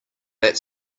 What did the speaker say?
that